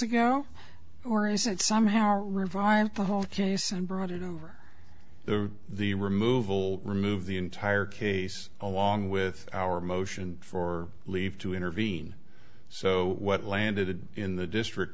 ago or is it somehow revived the whole case and brought it over there the removal remove the entire case along with our motion for leave to intervene so what landed in the district